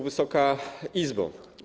Wysoka Izbo!